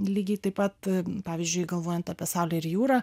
lygiai taip pat pavyzdžiui galvojant apie saulę ir jūrą